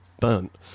burnt